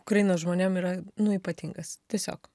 ukrainos žmonėm yra nu ypatingas tiesiog